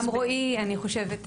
אוקיי, אז תעזרו לנו.